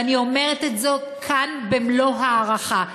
ואני אומרת את זאת כאן במלוא ההערכה.